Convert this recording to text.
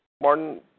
Martin